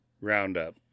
Roundup